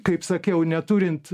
kaip sakiau neturint